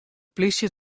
polysje